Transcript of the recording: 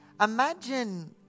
imagine